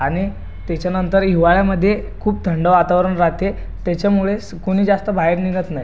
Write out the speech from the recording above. आणि त्याच्यानंतर हिवाळ्यामध्ये खूप थंड वातावरण राअते त्याच्यामुळे कुणी जास्त बाहेर निघत नाही